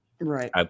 Right